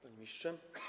Panie Ministrze!